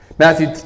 Matthew